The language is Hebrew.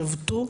שבתו.